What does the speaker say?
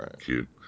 Cute